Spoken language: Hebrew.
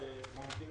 המועדים